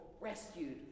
rescued